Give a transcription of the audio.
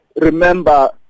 Remember